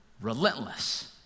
relentless